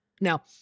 Now